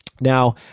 Now